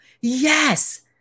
yes